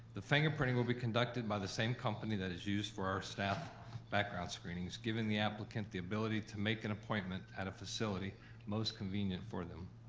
the fingerprinting will be conducted by the same company that is used for our staff background screenings, giving the applicant the ability to make an appointment at a facility most convenient for them.